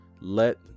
let